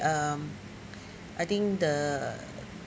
um I think the